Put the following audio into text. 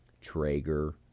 Traeger